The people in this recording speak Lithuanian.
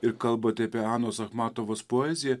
ir kalbate apie anos achmatovos poeziją